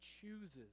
chooses